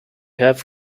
have